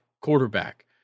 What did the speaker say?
quarterback